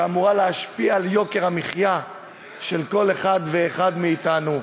שאמורה להשפיע על יוקר המחיה של כל אחד ואחד מאתנו.